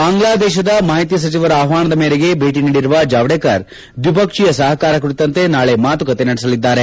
ಬಾಂಗ್ಲಾದೇಶದ ಮಾಹಿತಿ ಸಚಿವರ ಆಹ್ವಾನದ ಮೇರೆಗೆ ಭೇಟಿ ನೀಡಿರುವ ಜಾವಡೇಕರ್ ದ್ವಿಪಕ್ಷೀಯ ಸಹಕಾರ ಕುರಿತಂತೆ ನಾಳಿ ಮಾತುಕತೆ ನಡೆಸಲಿದ್ದಾರೆ